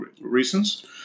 reasons